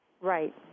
Right